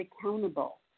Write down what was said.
accountable